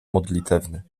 modlitewny